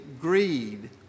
greed